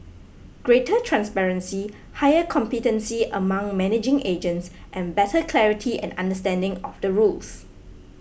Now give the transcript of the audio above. greater transparency higher competency among managing agents and better clarity and understanding of the rules